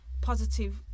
positive